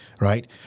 right